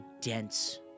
dense